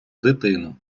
дитину